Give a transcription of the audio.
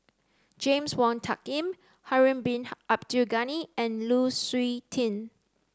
James Wong Tuck Yim Harun Bin Abdul Ghani and Lu Suitin